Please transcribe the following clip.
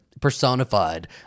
personified